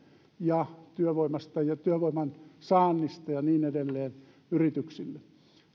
ja työvoimasta ja työvoiman saannista yrityksille ja niin edelleen